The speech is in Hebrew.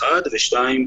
והשני,